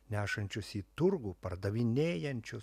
nešančius į turgų pardavinėjančius